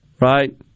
right